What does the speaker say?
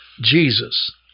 Jesus